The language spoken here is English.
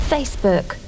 Facebook